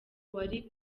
wari